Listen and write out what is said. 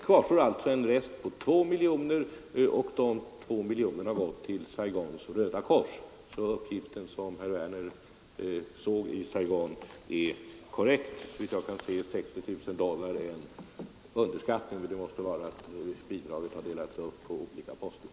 Det kvarstår alltså en rest på 2 miljoner kronor. De 2 miljonerna har gått till Saigons Röda kors. Uppgiften som herr Werner i Malmö såg i Saigon är korrekt såvitt jag kan se 60 000 dollar är en underskattning, det måste vara så att bidraget har delats upp på olika poster.